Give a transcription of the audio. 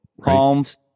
palms